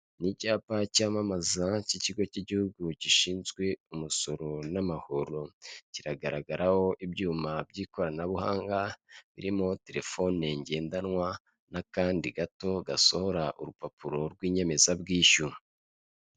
Ni icyapa cyamamaza cy'ikigo cy'igihugu gishinzwe umusoro n'amahoro kiragaragaraho ibyuma by'ikoranabuhanga birimo telefoni ngendanwa n'akandi gato gasohora urupapuro rw'inyemezabwishyu.